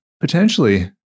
Potentially